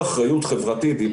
כן,